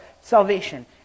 salvation